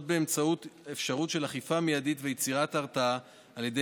באמצעות אפשרות של אכיפה מיידית ויצירת הרתעה על ידי